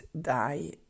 die